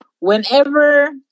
Whenever